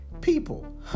People